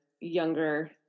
younger